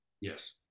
Yes